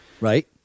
Right